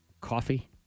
Coffee